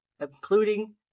including